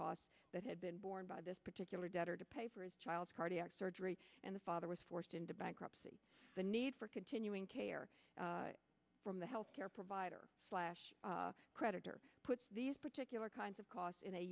costs that had been borne by this particular debtor to pay for his child's cardiac surgery and the father was forced into bankruptcy the need for continuing care from the health care provider slash creditor puts these particular kinds of costs in a